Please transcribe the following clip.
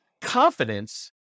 confidence